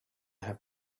have